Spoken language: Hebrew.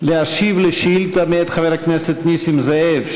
להשיב לשאילתה מאת חבר הכנסת נסים זאב,